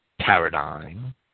paradigm